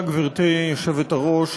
גברתי היושבת-ראש,